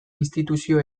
instituzio